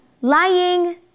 lying